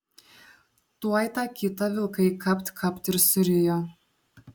tuoj tą kitą vilkai kapt kapt ir surijo